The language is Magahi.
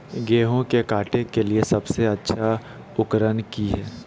गेहूं के काटे के लिए सबसे अच्छा उकरन की है?